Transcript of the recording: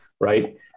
right